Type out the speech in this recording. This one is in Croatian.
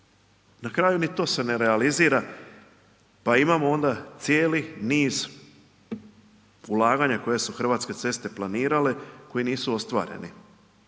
na kraju, ni to se ne realizira pa imamo onda cijeli niz ulaganja koje su Hrvatske ceste planirale, koji nisu ostvareni.